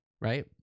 right